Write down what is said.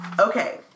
Okay